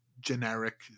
generic